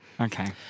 Okay